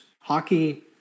hockey